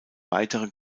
weitere